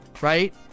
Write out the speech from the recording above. right